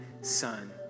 son